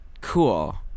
cool